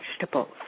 vegetables